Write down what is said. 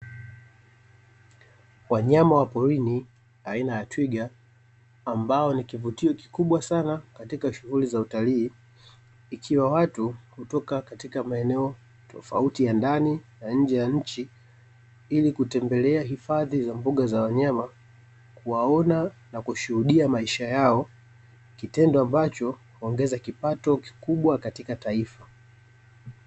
Wanyama wa porini aina ya twiga, ambao ni kivutio kikubwa sana katika shughuli za utalii. Ikiwa watu kutoka maeneo tofauti ya ndani na nje ya nchi ili kutembelea hifadhi ya mbuga za wanyama, kuwaona na kushuhudia masiha yao, kitendo ambacho huongeza kipato kikubwa katika taifa.